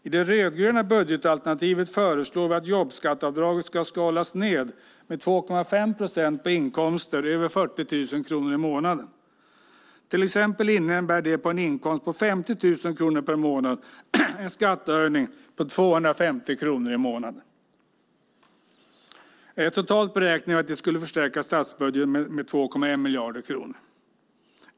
I det rödgröna budgetalternativet föreslår vi att jobbskatteavdraget ska skalas ned med 2,5 procent på inkomster över 40 000 kronor i månaden. Till exempel innebär det på en inkomst på 50 000 kronor per månad en skattehöjning på 250 kronor i månaden. Totalt beräknar vi att det skulle förstärka statsbudgeten med 2,1 miljarder kronor.